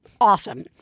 Awesome